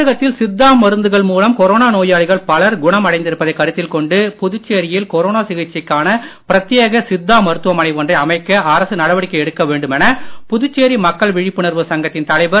தமிழகத்தில் சித்தா மருந்துகள் மூலம் கொரோனா நோயாளிகள் பலர் குணமடைந்திருப்பதை கருத்தில் கொண்டு புதுச்சேரியில் கொரோனா சிகிச்சைக்கான பிரத்தியேக சித்தா மருத்துவமனை ஒன்றை அமைக்க அரசு நடவடிக்கை எடுக்க வேண்டுமென புதுச்சேரி மக்கள் விழிப்புணர்வு சங்கத்தின் தலைவர் திரு